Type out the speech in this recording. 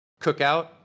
Cookout